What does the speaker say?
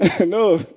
No